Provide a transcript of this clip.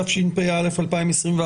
התשפ"א 2021,